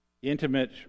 intimate